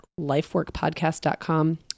lifeworkpodcast.com